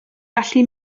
gallu